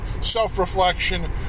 self-reflection